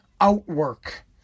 outwork